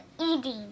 eating